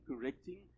correcting